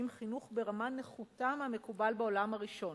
חינוך ברמה נחותה מהמקובל בעולם הראשון.